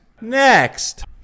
Next